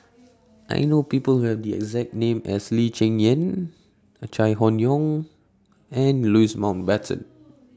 I know People Who Have The exact name as Lee Cheng Yan Chai Hon Yoong and Louis Mountbatten